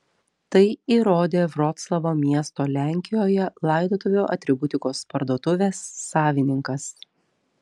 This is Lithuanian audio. tai įrodė vroclavo miesto lenkijoje laidotuvių atributikos parduotuvės savininkas